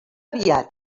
aviat